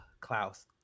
Klaus